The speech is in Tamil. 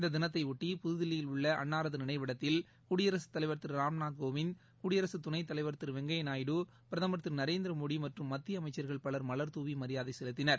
இந்ததினத்தையொட்டி புதுதில்லியில் உள்ளஅன்னாரதுநினைவிடத்தில் குடியரசுத் தலைவர் திருராம்நாத் கோவிந்த் குடியரசுதுணைத்தலைவர் திருவெங்கையாநாயுடு பிரதமர் திருநரேந்திரமோடிமற்றும் மத்தியஅமைச்சர்கள் பலர் மலர்தூவிமரியாதைசெலுத்தினர்